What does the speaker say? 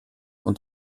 und